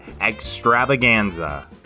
extravaganza